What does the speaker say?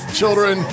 children